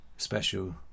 Special